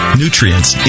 nutrients